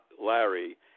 Larry